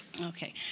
Okay